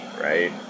right